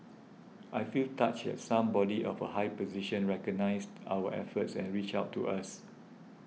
I feel touched that somebody of a high position recognised our efforts and reached out to us